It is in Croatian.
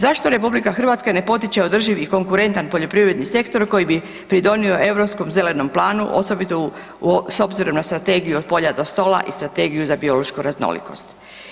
Zašto RH ne potiče održiv i konkurentan poljoprivredni sektor koji bi pridonio Europskom zelenom planu, osobito s obzirom na strategiju „Od polja do stola“ i strategiju „Za biološku raznolikost“